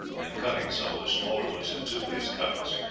and cutting some of the smaller ones in two with his cutlass,